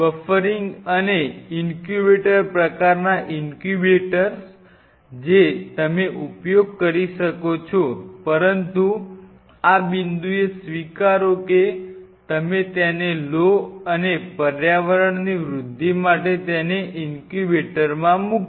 buffering અને incubator પ્રકારના incubator જે તમે ઉપયોગ કરી શકો છો પરંતુ આ બિંદુએ સ્વીકારો કે તમે તેને લો અને પર્યાવરણની વૃદ્ધિ માટે તેને ઇનક્યુબેટરમાં મૂકો